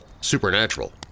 supernatural